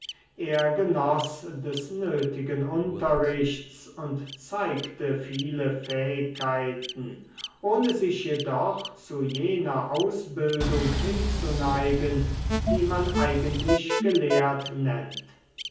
er genoß des nötigen unterrichts und zeigte viele fähigkeiten ohne sich jedoch zu jener ausbildung hinzuneigen die man eigentlich gelehrt nennt